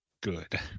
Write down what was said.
good